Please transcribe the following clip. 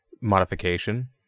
modification